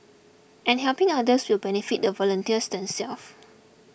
and helping others will benefit the volunteers themselves